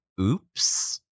Oops